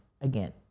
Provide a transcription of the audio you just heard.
again